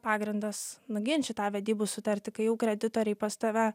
pagrindas nuginčyt tą vedybų sutartį kai jau kreditoriai pas tave